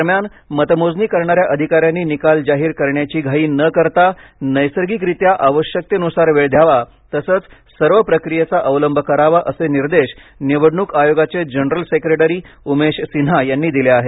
दरम्यान मतमोजणी करणाऱ्या अधिकाऱ्यांनी निकाल जाहीर करण्यास घाई न करता नैसर्गिकरीत्या आवश्यकतेनुसार वेळ द्यावा तसंच सर्व प्रक्रियेचा अवलंब करावा असे निर्देश निवडणूक आयोगाचे जनरल सेक्रेटरी उमेश सिन्हा यांनी दिले आहेत